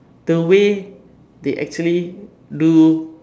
the way they actually do